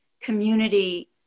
community